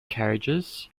carriages